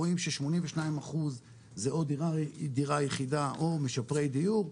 רואים ש-82 אחוז זה או דירה יחידה או משפרי דיור,